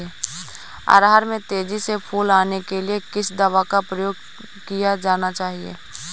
अरहर में तेजी से फूल आने के लिए किस दवा का प्रयोग किया जाना चाहिए?